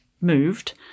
Moved